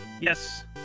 Yes